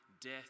death